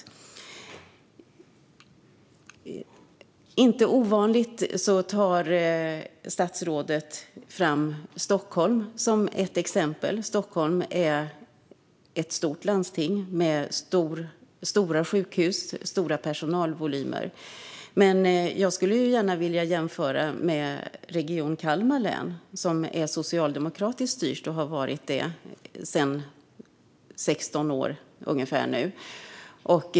Statsrådet tar, vilket inte är ovanligt, fram Stockholm som ett exempel. Stockholm är ett stort landsting med stora sjukhus och stora personalvolymer. Men jag skulle gärna vilja jämföra med Region Kalmar län, som är socialdemokratiskt styrt och som har varit det sedan ungefär 16 år.